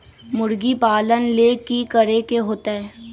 मुर्गी पालन ले कि करे के होतै?